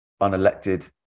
unelected